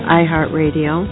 iHeartRadio